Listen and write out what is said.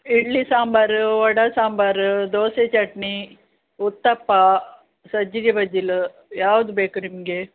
ಇಡ್ಲಿ ಸಂಬಾರು ವಡಾ ಸಾಂಬಾರು ದೊಸೆ ಚಟ್ನಿ ಉತ್ತಪ್ಪ ಸಜ್ಜಿಗೆ ಬಜ್ಜಿಲ್ ಯಾವ್ದು ಬೇಕು ನಿಮಗೆ